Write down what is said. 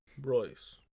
Royce